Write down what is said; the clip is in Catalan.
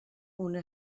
una